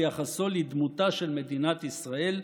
ביחסו לדמותה של מדינת ישראל,